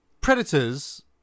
Predators